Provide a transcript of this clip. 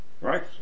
right